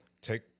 take